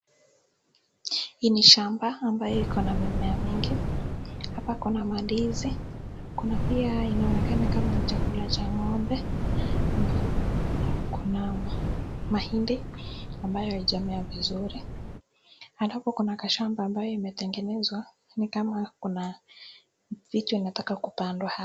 Hii ni shamba ambayo iko na mimea mingi. Hapa kuna madizi. Kuna pia inaonekana kama ni chakula cha ng'ombe. Halafu kuna mahindi ambayo haijamea vizuri. Halafu kuna kashamba ambayo imetengenezwa ni kama kuna vitu inataka kupandwa.